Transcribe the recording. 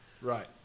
Right